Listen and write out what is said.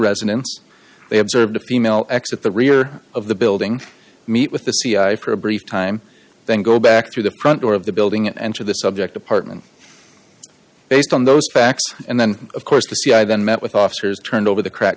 residence they observed a female exit the rear of the building meet with the cia for a brief time then go back through the front door of the building and to the subject apartment based on those facts and then of course the c i then met with officers turned over the crack